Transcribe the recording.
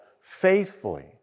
faithfully